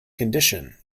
condition